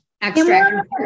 extract